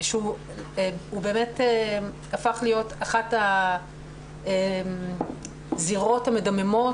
הוא באמת הפך להיות אחת הזירות המדממות,